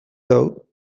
dugu